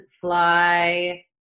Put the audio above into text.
fly